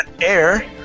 air